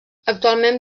actualment